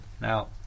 now